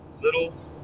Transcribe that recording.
little